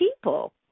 people